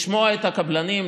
לשמוע את הקבלנים,